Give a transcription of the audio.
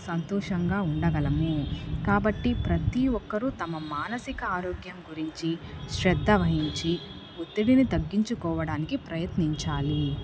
సంతోషంగా ఉండగలము కాబట్టి ప్రతి ఒక్కరు తమ మానసిక ఆరోగ్యం గురించి శ్రద్ధ వహించి ఒత్తిడిని తగ్గించుకోవడానికి ప్రయత్నించాలి